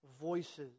voices